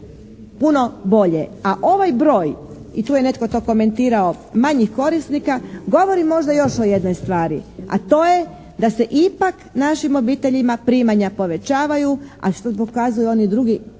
A ovaj broj, i tu je netko to komentirao manjih korisnika govori možda još o jednoj stvari, a to je da se ipak našim obiteljima primanja povećavaju, a što pokazuju oni drugi